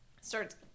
starts